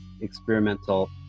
experimental